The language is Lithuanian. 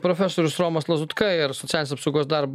profesorius romas lazutka ir socialinės apsaugos darbo